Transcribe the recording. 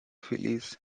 phillies